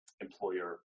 employer